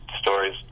Stories